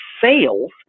sales